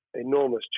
enormous